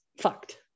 fucked